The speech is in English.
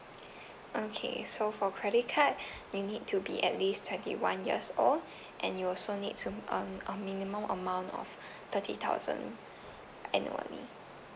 okay so for credit card you need to be at least twenty one years old and you also need to earn a minimum amount of thirty thousand annually